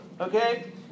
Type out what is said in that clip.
Okay